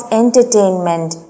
entertainment